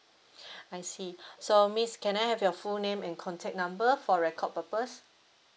I see so miss can I have your full name and contact number for record purpose